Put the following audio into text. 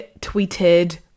tweeted